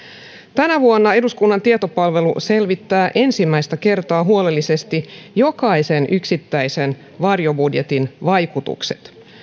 tänä vuonna eduskunnan tietopalvelu selvittää ensimmäistä kertaa huolellisesti jokaisen yksittäisen varjobudjetin vaikutukset